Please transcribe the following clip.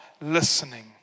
listening